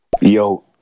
Yo